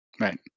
Right